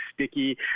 Sticky